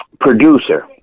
producer